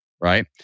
right